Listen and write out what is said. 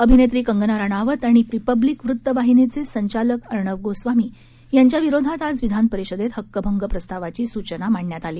अभिनेत्री कंगना रनौत आणि रिपब्लिक वृतवाहिनीचे संचालक अर्णब गोस्वामी यांच्या विरोधात आज विधान परिषदेत हक्कभंग प्रस्तावाची सूचना मांडण्यात आली